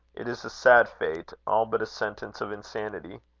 it is a sad fate all but a sentence of insanity.